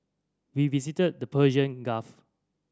we visited the Persian Gulf